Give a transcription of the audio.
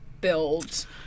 build